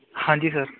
ਹਾਂਜੀ ਸਰ